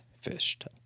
fished